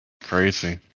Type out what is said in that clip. crazy